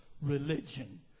religion